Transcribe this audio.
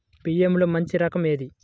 బియ్యంలో మంచి రకం ఏది?